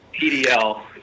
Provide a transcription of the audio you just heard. pdl